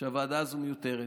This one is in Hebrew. שהוועדה הזו מיותרת,